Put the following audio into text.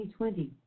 2020